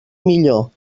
millor